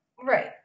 Right